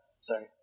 sorry